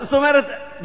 זאת אומרת,